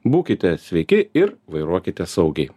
būkite sveiki ir vairuokite saugiai